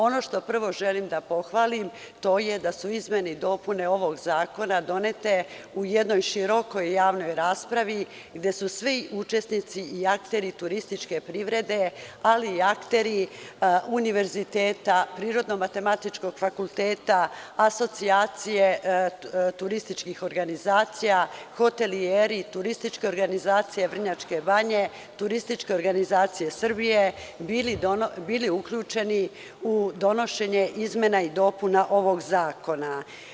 Ono što prvo želim da pohvalim, to je da su izmene i dopune ovog zakona donete u jednoj širokoj javnoj raspravi gde su svi učesnici i akteri turističke privrede, ali i akteri univerziteta, Prirodno-matematičkog fakulteta, Asocijacije turističkih organizacija, hotelijeri, turističke organizacije Vrnjačke Banje, Turističke organizacije Srbije, bili uključeni u donošenje izmena i dopuna ovog zakona.